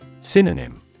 Synonym